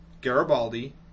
Garibaldi